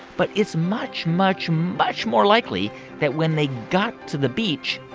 but it's much, much, much more likely that when they got to the beach,